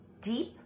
deep